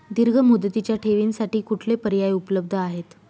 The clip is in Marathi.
दीर्घ मुदतीच्या ठेवींसाठी कुठले पर्याय उपलब्ध आहेत?